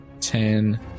ten